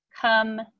come